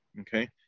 Okay